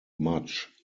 much